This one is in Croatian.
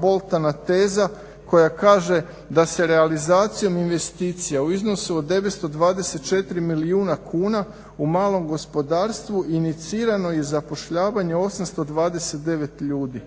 boldana teza koja kaže da se realizacijom investicija u iznosu od 924 milijuna kuna u malom gospodarstvu inicirano i zapošljavanje 829 ljudi.